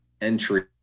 entry